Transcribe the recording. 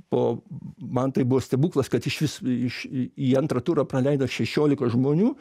po man tai buvo stebuklas kad išvis iš į į antrą turą praleido šešiolika žmonių